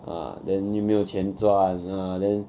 ah then 又没有钱赚 ah then